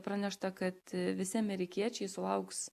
pranešta kad visi amerikiečiai sulauks